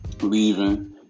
leaving